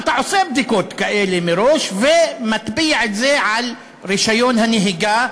אתה עושה בדיקות כאלה מראש ומטביע את זה על רישיון הנהיגה.